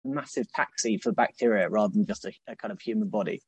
massive taxi for bacteria rather than kind of a human body